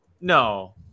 No